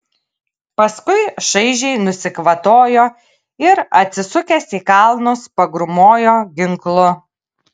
paskui šaižiai nusikvatojo ir atsisukęs į kalnus pagrūmojo ginklu